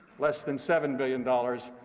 less than seven billion dollars.